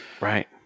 right